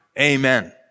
Amen